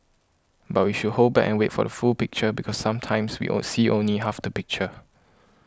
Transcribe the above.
but we should hold back and wait for the full picture because sometimes we on see only half the picture